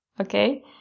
okay